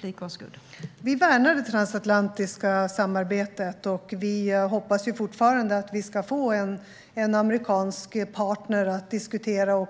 Fru talman! Vi värnar det transatlantiska samarbetet, och vi hoppas fortfarande att vi ska få en amerikansk partner att också diskutera